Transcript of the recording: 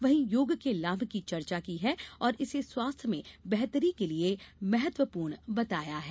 वहीं योग के लाभ की चर्चा की है और इसे स्वास्थ्य में बेहतरी के लिए महत्वपूर्ण बताया है